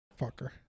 Fucker